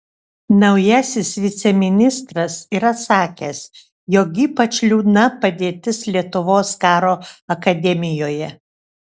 naujasis viceministras yra sakęs jog ypač liūdna padėtis lietuvos karo akademijoje